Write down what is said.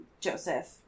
Joseph